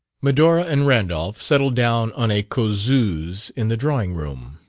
medora and randolph settled down on a causeuse in the drawing-room.